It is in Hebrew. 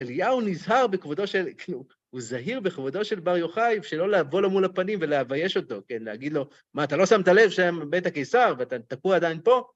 אליהו נזהר בכבודו של, כאילו הוא זהיר בכבודו של בר יוחאי, שלא לבוא למול הפנים ולבייש אותו, כן? להגיד לו, מה, אתה לא שמת לב שהם בית הקיסר ואתה תקוע עדיין פה?